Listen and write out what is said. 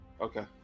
Okay